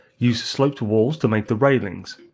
use the sloped walls to make the railings,